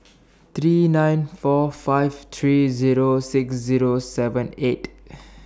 three nine four five three Zero six Zero seven eight